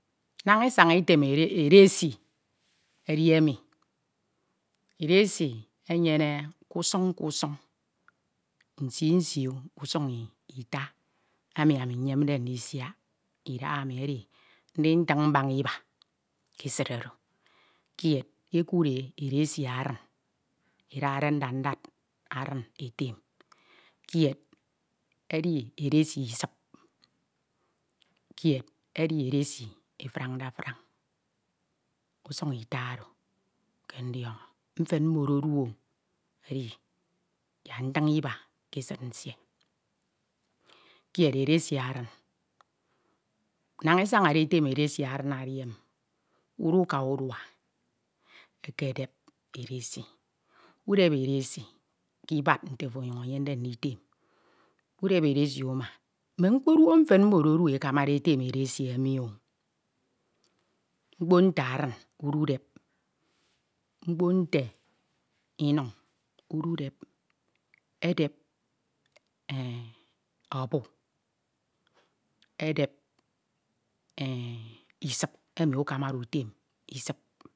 Naña esaña etem ede edesi edi emi. Edesi enyene ke usuñ, ke usuñ, nsii nsii usuñ ita emi ami nyemdendisiak idahami, edi nditin mbaña iba ke esid oro. Kied ekunde edesi aran, edade ndad ndad aran etem, kied edi edesi isip, kied edi edesi efrañde trañ, usuñ ita oro ke ndiọñọ, mfen mmodo oduo, edi yak ntiñ iba ke esid nsie. Kied edesi aran naña esanade etem edesi aran edi emi, uduka uma ekedep edesi, ukedep edesi ibad nte ofo ọnyuñ eyemde nditem, udep edesi uma mme mkpoduoho mfen mmodo ekamade etem edesi emi o, mkpo nte aman ududep, mkpo nte aran ududep, mkpo nte iduñ ududep, edep obu, edep e e isip emi ukamade utem isip,